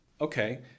Okay